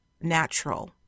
natural